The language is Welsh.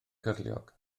cyrliog